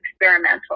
experimental